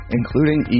including